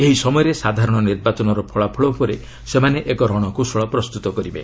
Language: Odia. ଏହି ସମୟରେ ସାଧାରଣ ନିର୍ବାଚନର ଫଳାଫଳ ଉପରେ ସେମାନେ ଏକ ରଣକୌଶଳ ପ୍ରସ୍ତୁତ କରିବେ